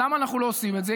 למה אנחנו לא עושים את זה?